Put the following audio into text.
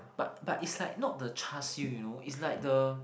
but but is like not the Char-Siew you know is like the